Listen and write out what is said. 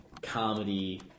comedy